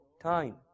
time